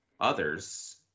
others